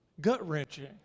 gut-wrenching